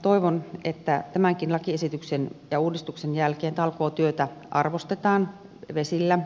toivon että tämänkin lakiesityksen ja uudistuksen jälkeen talkootyötä arvostetaan vesillä